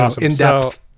in-depth